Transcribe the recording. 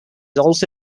also